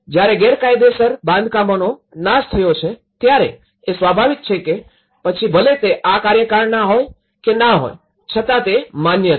જ્યારે ગેરકાયદેસર બાંધકામોનો નાશ થયો છે ત્યારે એ સ્વાભાવિક છે કે પછી ભલે તે આ કાર્યકાળની હોય કે ના હોય છતાં તે માન્ય છે